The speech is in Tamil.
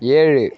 ஏழு